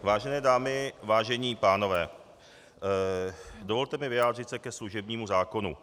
Vážené dámy, vážení pánové, dovolte mi vyjádřit se ke služebnímu zákonu.